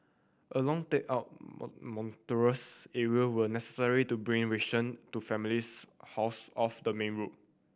a long take up mountainous area were necessary to bring ration to families housed off the main road